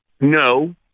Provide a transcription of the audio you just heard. no